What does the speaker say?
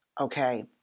Okay